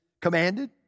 commanded